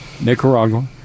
Nicaragua